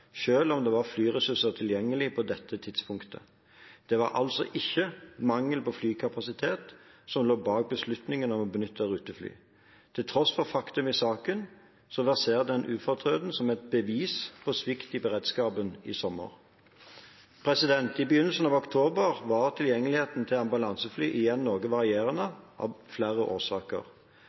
om det var flyressurser tilgjengelig på dette tidspunktet. Det var altså ikke mangel på flykapasitet som lå bak beslutningen om å benytte rutefly. Til tross for faktum i saken verserer den ufortrødent som et «bevis» på svikt i beredskapen i sommer. I begynnelsen av oktober var tilgjengeligheten til ambulansefly igjen noe varierende, av flere årsaker.